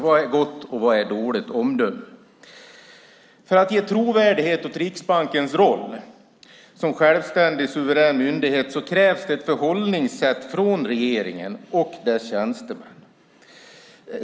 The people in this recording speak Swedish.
Vad är gott och vad är dåligt omdöme? För att ge trovärdighet åt Riksbankens roll som självständig suverän myndighet krävs ett förhållningssätt från regeringen och dess tjänstemän.